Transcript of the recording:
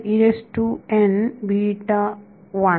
विद्यार्थी 1